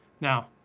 Now